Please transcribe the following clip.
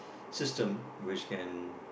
system which can